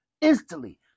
instantly